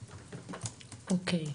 אוקיי.